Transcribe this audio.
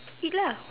eat lah